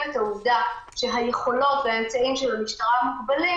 את העובדה שהיכולות והאמצעים של המשטרה מוגבלים